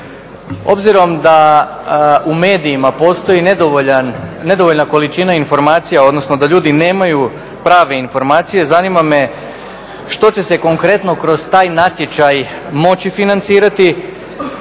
Obzirom da u medijima postoji nedovoljna količina informacija odnosno da ljudi nemaju prave informacije zanima me što će se konkretno kroz taj natječaj moći financirati